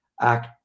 act